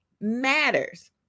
matters